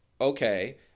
Okay